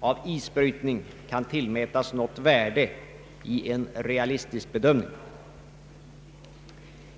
av isbrytning uppnås, kan tillmätas något värde vid en realistisk bedömning.